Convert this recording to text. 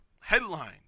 Headline